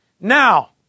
Now